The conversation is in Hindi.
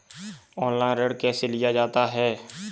ऑनलाइन ऋण कैसे लिया जाता है?